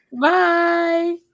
Bye